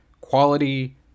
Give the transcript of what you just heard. quality